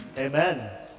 Amen